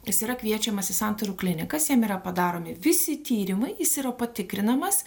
jis yra kviečiamas į santaros klinikas jam yra padaromi visi tyrimai jis yra patikrinamas